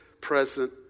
present